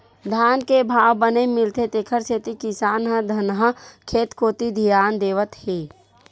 धान के भाव बने मिलथे तेखर सेती किसान ह धनहा खेत कोती धियान देवत हे